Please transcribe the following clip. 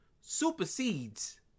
supersedes